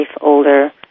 older